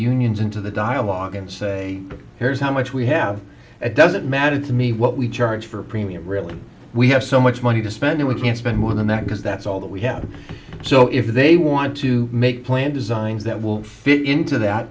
into the dialogue and say here's how much we have it doesn't matter to me what we charge for a premium really we have so much money to spend it we can't spend more than that because that's all that we have so if they want to make plan designs that will fit into that